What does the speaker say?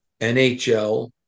NHL